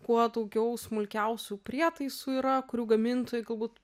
kuo daugiau smulkiausių prietaisų yra kurių gamintojai galbūt